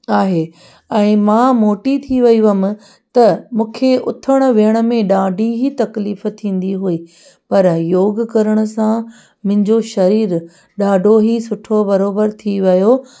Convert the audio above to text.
आहे ऐं मां मोटी थी वई हुअमि त मूंखे उथण वेहण में ॾाढी ई तकलीफ़ थींदी हुई पर योग करण सां मुंहिंजो शरीर ॾाढो ई सुठो बराबरि थी वियो